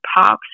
pops